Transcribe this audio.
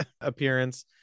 appearance